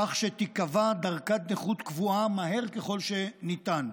כך שתיקבע דרגת נכות קבועה מהר ככל שניתן,